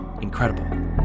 incredible